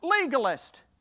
legalist